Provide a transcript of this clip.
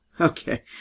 Okay